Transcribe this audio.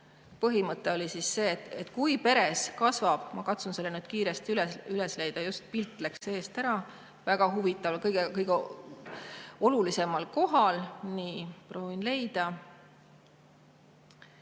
Põhimõte oli siis see, et kui peres kasvab … Ma katsun kiiresti üles leida, just siit läks pilt eest ära. Väga huvitav, kõige olulisemal kohal. Nii, proovin leida.